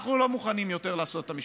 אנחנו לא מוכנים יותר לעשות את המשמרות.